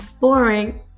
Boring